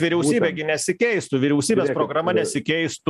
vyriausybė gi nesikeistų vyriausybės programa nesikeistų